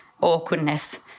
awkwardness